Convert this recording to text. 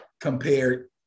compared